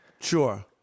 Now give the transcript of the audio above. Sure